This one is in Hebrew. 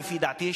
לדעתי,